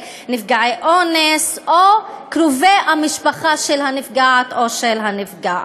נפגעי אונס או קרובי המשפחה של הנפגעת או של הנפגע.